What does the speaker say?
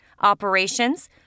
operations